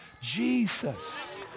jesus